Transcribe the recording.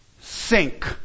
sink